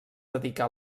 dedicà